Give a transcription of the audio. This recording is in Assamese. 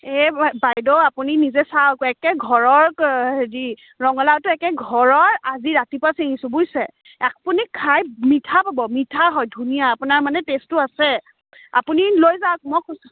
এ বা বাইদেউ আপুনি নিজে চাওক একে ঘৰৰ হেৰি ৰঙলাওটো একে ঘৰৰ আজি ৰাতিপুৱা ছিঙিছোঁ বুইছে আপুনি খাই মিঠা পাব মিঠা হয় ধুনীয়া আপোনাৰ মানে টেষ্টটো আছে আপুনি লৈ যাওক মই কৈছোঁ